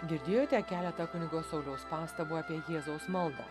girdėjote keletą kunigo sauliaus pastabų apie jėzaus maldą